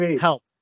help